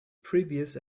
previous